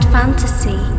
fantasy